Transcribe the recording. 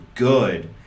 Good